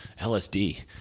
LSD